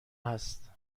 هست